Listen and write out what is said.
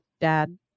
dad